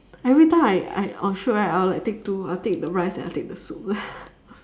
every time I I on shoot right I will like take two I'll take the rice and I will take the soup